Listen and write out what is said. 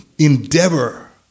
Endeavor